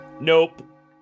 Nope